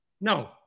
No